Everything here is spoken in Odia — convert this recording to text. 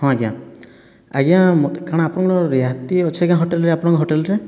ହଁ ଆଜ୍ଞା ଆଜ୍ଞା ମୋତେ କ'ଣ ଆପଣଙ୍କର ରିହାତି ଅଛି କି ହୋଟେଲରେ ଆପଣଙ୍କ ହୋଟେଲରେ